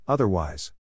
Otherwise